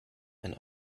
ein